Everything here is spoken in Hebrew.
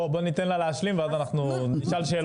בוא ניתן לה להשלים ואנחנו נשאל שאלות,